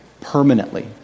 permanently